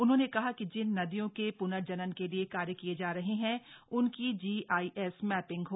उन्होंने कहा कि जिन नदियों के प्नर्जनन के लिए कार्य किये जा रहे हैंए उनकी जीआईएस मैपिंग हो